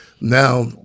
now